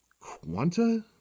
quanta